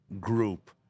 group